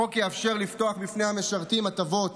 החוק יאפשר לפתוח בפני המשרתים הטבות